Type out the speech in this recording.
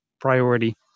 priority